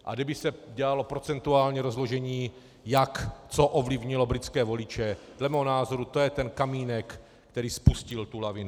A kdyby se dělalo procentuální rozložení, jak co ovlivnilo britské voliče, dle mého názoru to je ten kamínek, který spustil tu lavinu.